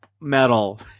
metal